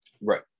Right